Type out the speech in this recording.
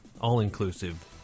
all-inclusive